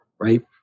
right